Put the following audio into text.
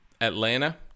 atlanta